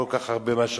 כל כך הרבה משאבים,